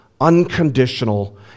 unconditional